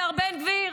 השר איתמר בן גביר,